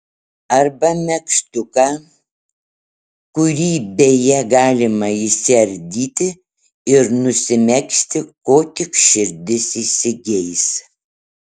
arba megztuką kurį beje galima išsiardyti ir nusimegzti ko tik širdis įsigeis